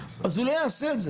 אז הוא לא יעשה את זה.